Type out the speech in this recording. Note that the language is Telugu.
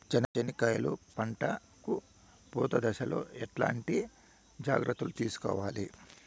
చెనక్కాయలు పంట కు పూత దశలో ఎట్లాంటి జాగ్రత్తలు తీసుకోవాలి?